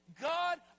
God